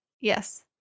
Yes